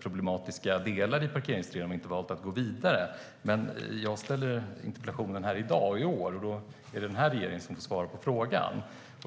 problematiskt delar i Parkeringsutredningen, så de har valt att inte gå vidare. Men jag ställer interpellationen här i dag och i år, och då är det den här regeringen som ska svara på frågan.